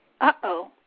Uh-oh